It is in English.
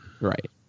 right